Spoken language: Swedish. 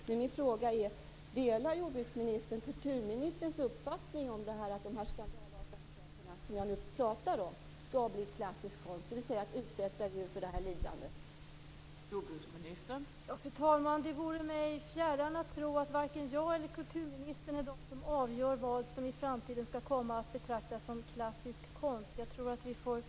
Då är min fråga: Delar jordbruksministern kulturministerns uppfattning att de skandalartade sakerna som jag nu pratar om skall bli klassisk konst, dvs. att djur utsätts för detta lidande?